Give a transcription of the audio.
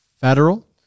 Federal